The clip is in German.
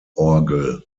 orgel